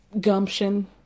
gumption